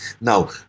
Now